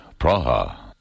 Praha